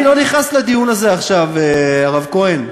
אני לא נכנס לדיון הזה עכשיו, הרב כהן.